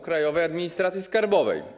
Krajowej Administracji Skarbowej.